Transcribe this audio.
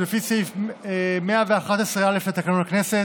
ולפי סעיף 110(א) לתקנון הכנסת,